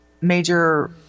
Major